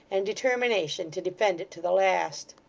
and determination to defend it to the last.